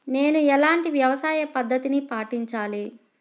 నేను ఎలాంటి వ్యవసాయ పద్ధతిని పాటించాలి?